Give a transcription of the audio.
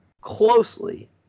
closely